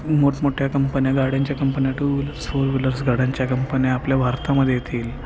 मोठमोठ्या कंपन्या गाड्यांच्या कंपन्या टू विलर्स फोर व्हीलर्स गाड्यांच्या कंपन्या आपल्या भारतामध्ये येतील